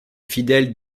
fidèles